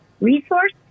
resource